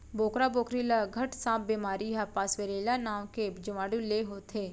बोकरी बोकरा ल घट सांप बेमारी ह पास्वरेला नांव के जीवाणु ले होथे